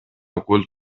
ocult